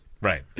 Right